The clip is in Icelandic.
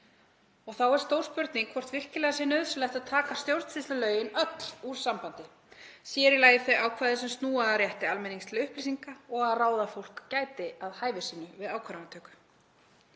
Þá er stór spurning hvort virkilega sé nauðsynlegt að taka stjórnsýslulögin öll úr sambandi, sér í lagi þau ákvæði sem snúa að rétti almennings til upplýsinga og að ráðafólk gæti að hæfi sínu við ákvarðanatöku.